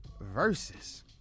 versus